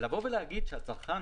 ולבוא ולהגיד שהצרכן,